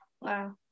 Wow